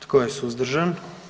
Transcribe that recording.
Tko je suzdržan?